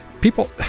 people